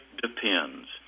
depends